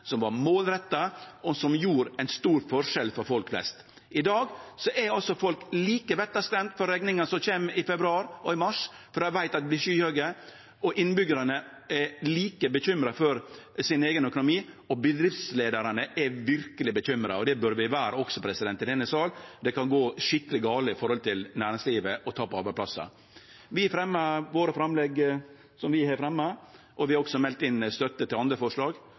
som er målretta, og som gjer ein stor forskjell for folk flest. I dag er folk like vettskremde for rekninga som kjem i februar og i mars, for dei veit at dei vert skyhøge, og innbyggjarane er like bekymra for sin eigen økonomi, og bedriftsleiarane er verkeleg bekymra. Det burde vi også vere i denne sal. Det kan gå skikkelege gale for næringslivet med tap av arbeidsplassar. Vi har våre framlegg som vi har fremja. Vi har også meldt inn støtte til andre forslag,